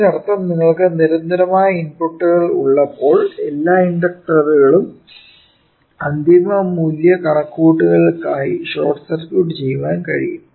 അതിനർത്ഥം നിങ്ങൾക്ക് നിരന്തരമായ ഇൻപുട്ടുകൾ ഉള്ളപ്പോൾ എല്ലാ ഇൻഡക്ടറുകളും അന്തിമ മൂല്യ കണക്കുകൂട്ടലുകൾക്കായി ഷോർട്ട് സർക്യൂട്ട് ചെയ്യാൻ കഴിയും